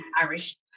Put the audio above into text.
Irish